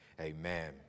amen